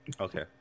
Okay